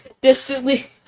distantly